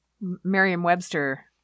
Merriam-Webster